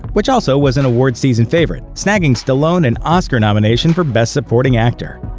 which also was an awards season favorite, snagging stallone an oscar nomination for best supporting actor.